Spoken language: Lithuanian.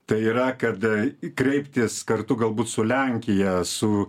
tai yra kad kreiptis kartu galbūt su lenkija su